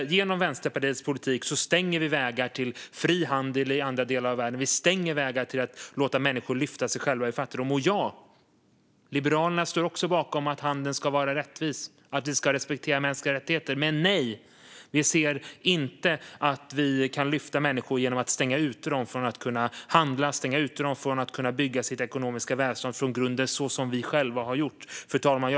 Med Vänsterpartiets politik stängs vägar till fri handel i andra delar av världen, till att låta människor lyfta sig själva ur fattigdom. Ja! Liberalerna står också bakom att handeln ska vara rättvis, att vi ska respektera mänskliga rättigheter. Men nej, vi anser inte att vi kan lyfta människor genom att stänga dem ute från att handla eller att bygga sitt ekonomiska välstånd från grunden, så som vi själva har gjort. Fru talman!